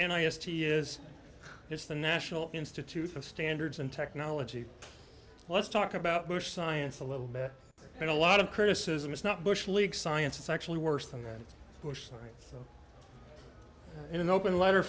and i asked he is it's the national institute of standards and technology let's talk about bush science a little bit and a lot of criticism it's not bush league science it's actually worse than that bush writes in an open letter